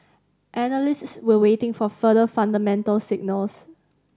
analysts were waiting for further fundamental signals